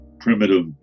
primitive